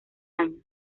años